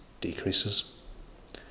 decreases